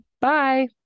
bye